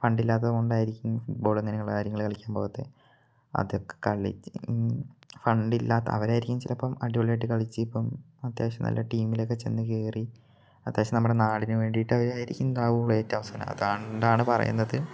ഫണ്ടില്ലാത്ത കൊണ്ടായിരിക്കും ഫുട്ബോളങ്ങനെ ഉള്ള കാര്യങ്ങൾ കളിക്കാൻ പോകാത്തത് അതൊക്കെ കളിച്ച് ഫണ്ടില്ലാത്ത അവർ ആയിരിക്കും ചിലപ്പം അടിപൊളിയായിട്ട് കളിച്ച് ഇപ്പം അത്യാവശ്യം നല്ല ടീമിലക്കെ ചെന്ന് കയറി അത്യാവശ്യം നമ്മുടെ നാടിന് വേണ്ടിയിട്ട് അവരായിരിക്കും ഉണ്ടാകുള്ളൂ ഏറ്റവും അവസാനം അത് കൊണ്ടാണ് പറയുന്നത്